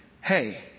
hey